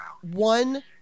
one